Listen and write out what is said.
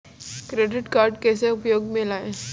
Credit card कैसे उपयोग में लाएँ?